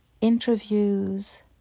interviews